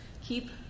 Keep